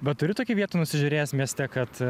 bet turi tokių vietų nusižiūrėjęs mieste kad